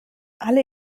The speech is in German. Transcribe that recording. alle